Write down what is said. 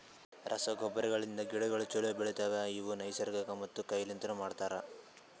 ರಸಗೊಬ್ಬರಗಳಿಂದ್ ಗಿಡಗೋಳು ಛಲೋ ಬೆಳಿತವ, ಇವು ನೈಸರ್ಗಿಕ ಮತ್ತ ಕೈ ಲಿಂತನು ಮಾಡ್ತರ